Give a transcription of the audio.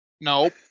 Nope